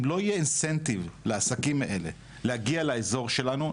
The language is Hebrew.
אם לא יהיה incentive לעסקים האלו להגיע לאזור שלנו,